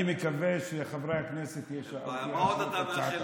אני מקווה שחברי הכנסת יאשרו את הצעת החוק.